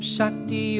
Shakti